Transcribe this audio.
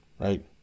right